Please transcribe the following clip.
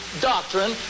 doctrine